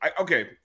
okay